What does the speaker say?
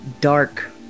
dark